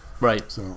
Right